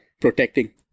protecting